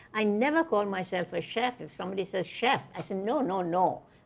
i never call myself a chef. if somebody says, chef, i say, no, no, no.